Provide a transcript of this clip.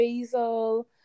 basil